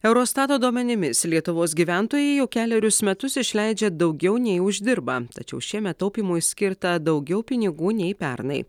eurostato duomenimis lietuvos gyventojai jau kelerius metus išleidžia daugiau nei uždirba tačiau šiemet taupymui skirta daugiau pinigų nei pernai